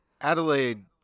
Adelaide